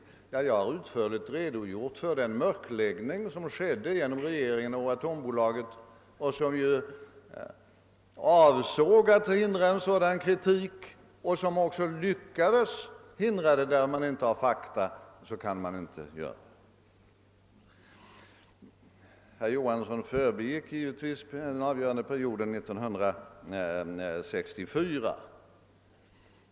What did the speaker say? Jag har emellertid utförligt redogjort för den mörkläggning av Atomenergis verksamhet, som regeringen åstadkom i syfte att förhindra kritik mot projektet, något som också lyckades. Och när det inte finns tillgång till fakta, kan man inte fullfölja en kritik, Herr Johansson förbigick givetvis den avgörande perioden omkring år 1964.